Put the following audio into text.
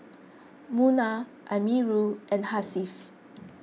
Munah Amirul and Hasif